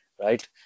right